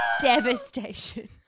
devastation